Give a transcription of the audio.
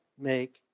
make